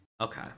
Okay